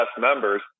members